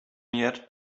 yet